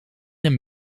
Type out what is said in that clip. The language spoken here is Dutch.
een